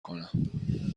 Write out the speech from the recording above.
کنم